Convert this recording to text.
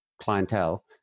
clientele